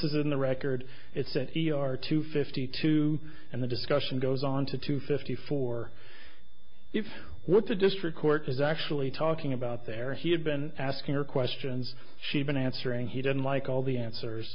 isn't the record it's an e r two fifty two and the discussion goes on to two fifty four if what the district court is actually talking about there he had been asking her questions she'd been answering he didn't like all the answers